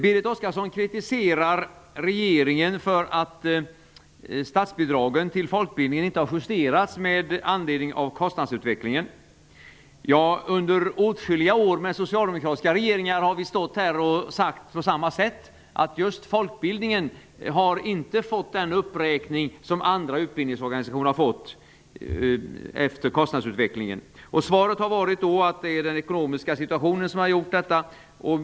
Berit Oscarsson kritiserar regeringen för att statsbidragen till folkbildningen inte har justerats med anledning av kostnadsutvecklingen. Under åtskilliga år med socialdemokratiska regeringar har vi sagt på samma sätt: Just folkbildningen har inte fått del av den uppräkning efter kostnadsutvecklingen som andra utbildningsorganisationer har fått. Svaret har då varit att det är den ekonomiska situationen som har gjort att det blivit så.